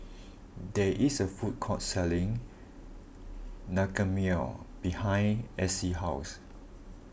there is a food court selling Naengmyeon behind Acey's house